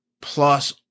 plus